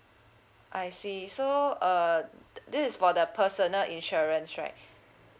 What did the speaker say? I see so uh this is for the personal insurance right